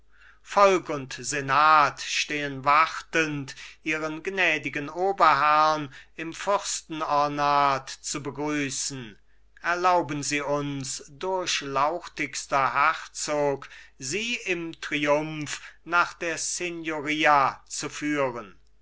volk und senat stehen wartend ihren gnädigen oberherrn im fürstenornat zu begrüßen erlauben sie uns durchlauchtigster herzog sie im triumph nach der signoria zu führen